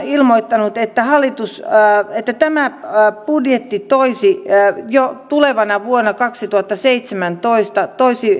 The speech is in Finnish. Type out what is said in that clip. ilmoittanut että tämä budjetti toisi jo tulevana vuonna kaksituhattaseitsemäntoista